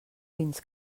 fins